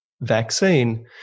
vaccine